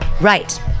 Right